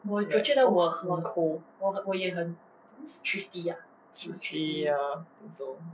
很抠 thrifty ya I think so